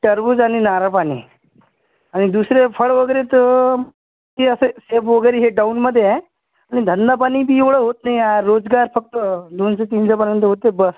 टरबूज आणि नारळपाणी आणि दुसरे फळ वगैरे तर की असे शेबु वगैरे हे डाउनमध्ये आहे आणि धंदापाणीही एवढं होत नाही यार रोजगार फक्त दोनशे तीनशेपर्यंत होते बस